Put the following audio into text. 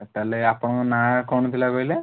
ତାହାଲେ ଆପଣଙ୍କ ନାଁ କ'ଣ ଥିଲା କହିଲେ